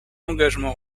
engagement